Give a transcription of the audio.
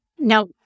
Now